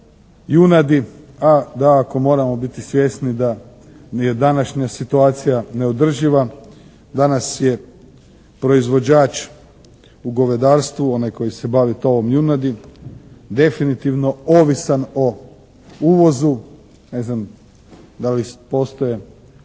junadi, a da ako moramo biti svjesni da je današnja situacija neodrživa danas je proizvođač u govedarstvu onaj koji se bavi tovom junadi definitivno ovisan o uvozu. Ne znam da li postoje